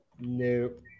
Nope